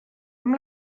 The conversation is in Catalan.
amb